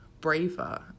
braver